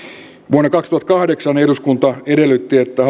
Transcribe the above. vuonna kaksituhattakahdeksan eduskunta edellytti että